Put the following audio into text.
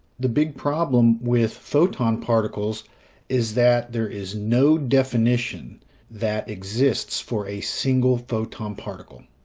the big problem with photon particles is that there is no definition that exists for a single photon particle.